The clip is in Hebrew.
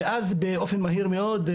ואז באופן מהיר מאוד,